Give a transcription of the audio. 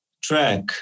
track